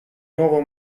nuovo